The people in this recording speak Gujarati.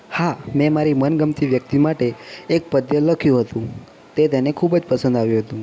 હા મેં મારી મનગમતી વ્યક્તિ માટે એક પદ્ય લખ્યું હતું તે તેને ખૂબ જ પસંદ આવ્યું હતું